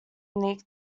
unique